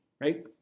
right